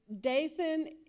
Dathan